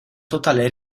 totale